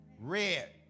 Red